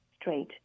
straight